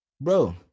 Bro